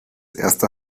erste